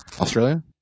Australia